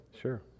sure